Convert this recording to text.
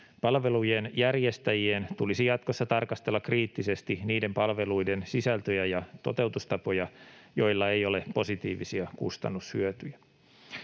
Palvelujen järjestäjien tulisi jatkossa tarkastella kriittisesti niiden palveluiden sisältöjä ja toteutustapoja, joilla ei ole positiivisia kustannushyötyjä.